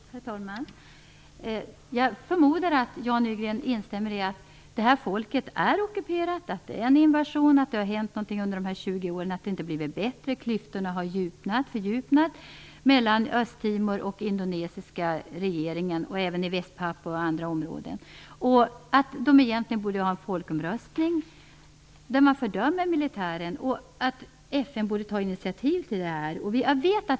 Herr talman! Jag förmodar att Jan Nygren instämmer i att det här folket är ockuperat, att det är fråga om en invasion, att det under de här 20 åren inte har blivit bättre utan att klyftorna har fördjupats mellan Östtimor och den indonesiska regeringen och även i Västpapua och andra områden. Jag förmodar också att han instämmer i att man borde ha en folkomröstning där man fördömer militären och att FN borde ta initiativ till detta.